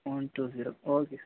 one two zero okay sir